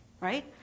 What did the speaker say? Right